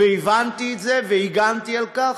והבנתי את זה והגנתי על כך.